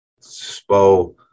Spo